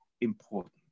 important